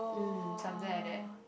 mm something like that